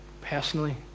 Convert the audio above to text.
personally